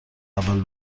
اول